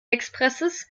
expresses